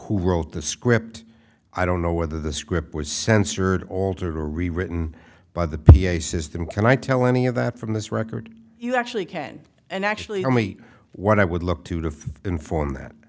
who wrote the script i don't know whether the script was censored altered or rewritten by the p a system can i tell any of that from this record you actually can and actually only what i would look to to inform that